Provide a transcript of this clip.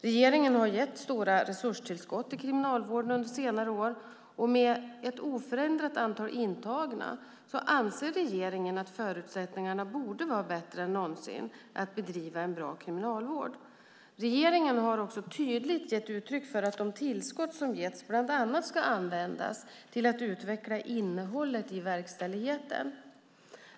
Regeringen har gett stora resurstillskott till Kriminalvården under senare år, och med ett oförändrat antal intagna, anser regeringen att förutsättningarna borde vara bättre än någonsin att bedriva en bra kriminalvård. Regeringen har också tydligt gett uttryck för att de tillskott som getts bland annat ska användas till att utveckla innehållet i verkställigheten.